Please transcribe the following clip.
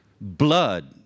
Blood